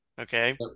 okay